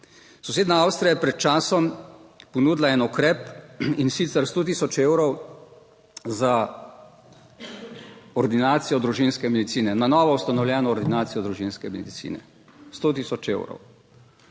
Sosednja Avstrija je pred časom ponudila en ukrep, in sicer 100000 evrov za ordinacijo družinske medicine, na novo ustanovljeno ordinacijo družinske medicine 100000 evrov.